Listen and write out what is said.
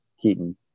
Keaton